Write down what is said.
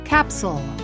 Capsule